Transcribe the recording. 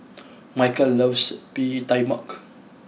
Mychal loves Bee Tai Mak